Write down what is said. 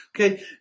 Okay